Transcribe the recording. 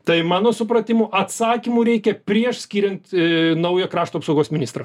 tai mano supratimu atsakymų reikia prieš skiriant ė naują krašto apsaugos ministrą